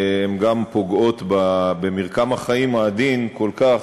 גם פוגעות במרקם החיים העדין כל כך,